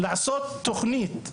כדי לבנות תוכנית ברורה,